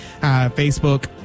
Facebook